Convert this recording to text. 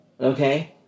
Okay